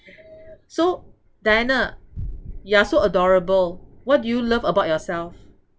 so diana you are so adorable what do you love about yourself